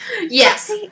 Yes